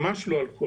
ממש לא על כל